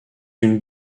une